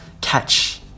Catch